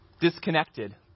disconnected